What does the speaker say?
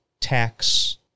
tax